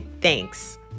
Thanks